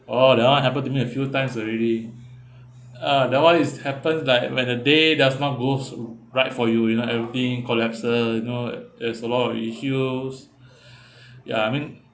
oh that [one] happened to me a few times already ah that [one] is happened like when the day does not goes right for you you know everything collapses you know there's a lot of issues ya I mean